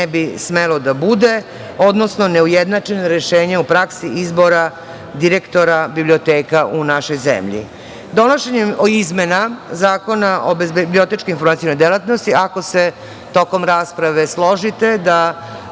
ne bi smelo da bude, odnosno neujednačeno rešenje u praksi izbora direktora biblioteka u našoj zemlji. Donošenjem izmena Zakona o bibliotečko-informacionoj delatnosti, ako se tokom rasprave složite